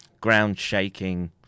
ground-shaking